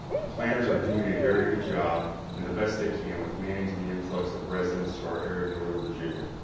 the planners are doing a very good job and the best they can with managing the influx of residents to our area of northern virginia.